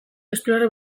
explorer